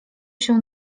się